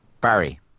Barry